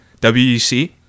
WEC